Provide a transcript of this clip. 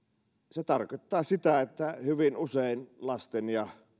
se tarkoittaa sitä että hyvin usein lasten ja